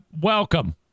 Welcome